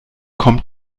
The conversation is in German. kommt